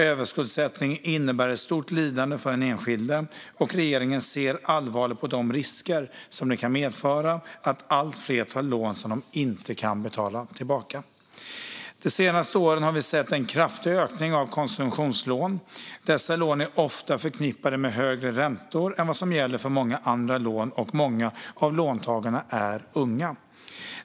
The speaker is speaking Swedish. Överskuldsättning innebär ett stort lidande för den enskilde, och regeringen ser allvarligt på de risker som det kan medföra att allt fler tar lån som de inte kan betala tillbaka. De senaste åren har vi sett en kraftig ökning av konsumtionslån. Dessa lån är ofta förknippade med högre räntor än vad som gäller för många andra lån, och många av låntagarna är unga.